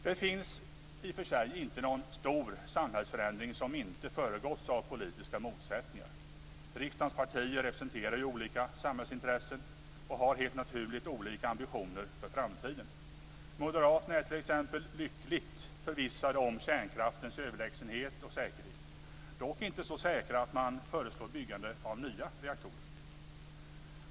Det finns i och för sig inte någon stor samhällsförändring som inte har föregåtts av politiska motsättningar. Riksdagens partier representerar ju olika samhällsintressen och har helt naturligt olika ambitioner för framtiden. Moderaterna är t.ex. lyckligt förvissade om kärnkraftens överlägsenhet och säkerhet, dock inte så säkra att man föreslår byggande av nya reaktorer.